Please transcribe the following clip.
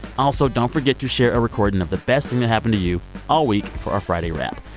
also, don't forget to share a recording of the best thing that happened to you all week for our friday wrap.